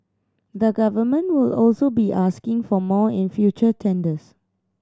the Government will also be asking for more in future tenders